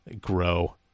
grow